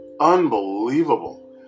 Unbelievable